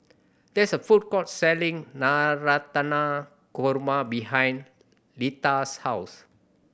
there is a food court selling Navratan Korma behind Leta's house